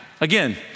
again